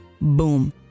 Boom